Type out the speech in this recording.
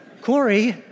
Corey